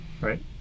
Right